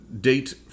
date